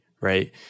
right